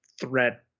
threat